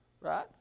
right